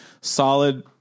solid